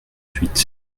huit